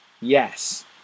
Yes